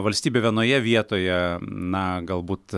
valstybė vienoje vietoje na galbūt